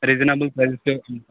reasonable prices